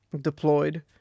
deployed